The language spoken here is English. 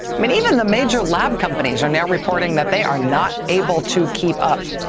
i mean even the major lab companies are now reporting that they are not able to keep up.